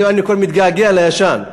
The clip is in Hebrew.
אני כבר מתגעגע לישן.